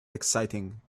exciting